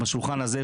בשולחן הזה,